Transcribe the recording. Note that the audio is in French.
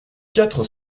quatre